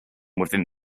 within